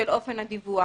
של אופן הדיווח.